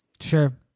Sure